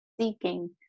seeking